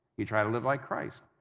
he tried to live like christ.